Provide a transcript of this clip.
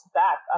back